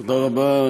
תודה רבה,